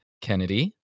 Kennedy